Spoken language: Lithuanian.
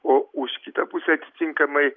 o už kitą pusę atitinkamai